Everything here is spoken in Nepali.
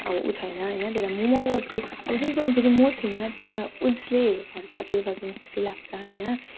अब ऊ छैन होइन त्यहाँबाट म म गर्छु अब जुन कुरामा फेरि म छुइनँ त्यसमा उसले गर्दा त्यसले गर्दा चाहिँ म खुसी लाग्छ होइन